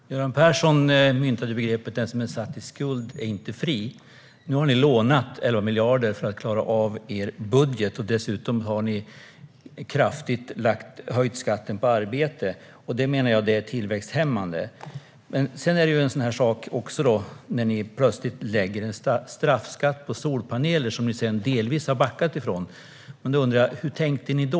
Herr talman! Göran Persson använde begreppet: Den som är satt i skuld är icke fri. Nu har ni lånat 11 miljarder för att klara av er budget, och dessutom har ni höjt skatten på arbete kraftigt. Jag menar att det är tillväxthämmande. En annan sak är också när ni plötsligt lägger en straffskatt på solpaneler och sedan delvis backar. Hur tänker ni då?